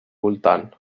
voltant